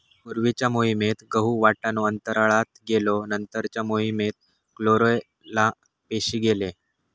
पूर्वीच्या मोहिमेत गहु, वाटाणो अंतराळात गेलो नंतरच्या मोहिमेत क्लोरेला पेशी गेले